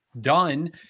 done